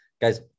guys